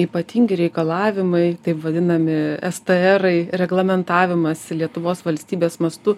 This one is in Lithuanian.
ypatingi reikalavimai taip vadinami strai reglamentavimas lietuvos valstybės mastu